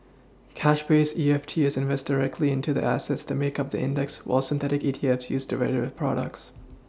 cash based E F T invest directly into the assets that make up the index while synthetic ETFs use derivative products